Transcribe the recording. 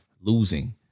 losing